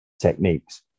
techniques